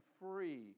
free